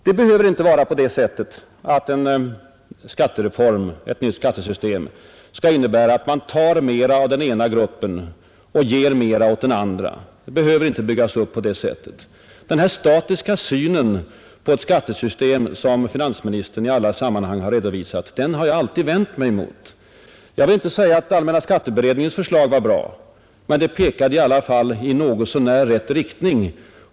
Det behöver inte vara så att ett nytt skattesystem förutsätter att man tar mera av den ena gruppen och ger mera åt den andra. Skatter behöver inte byggas upp på det sättet. Den statiska syn på skatterna som finansministern i alla sammanhang redovisat har jag alltid vänt mig emot. Jag vill inte påstå att allmänna skatteberedningens förslag var bra, men det pekade i alla fall i något så när rätt riktning.